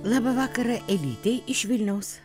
labą vakarą elytei vilniaus